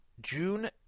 June